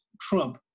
Trump